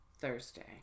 Thursday